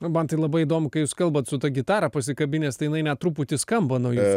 man tai labai įdomu kai jūs kalbat su ta gitara pasikabinęs jinai net truputį skamba nuo jūsų